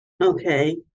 Okay